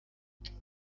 and